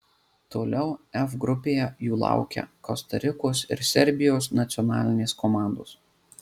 toliau f grupėje jų laukia kosta rikos ir serbijos nacionalinės komandos